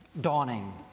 dawning